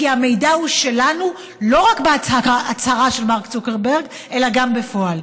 כי המידע הוא שלנו לא רק בהצהרה של מרק צוקרברג אלא גם בפועל.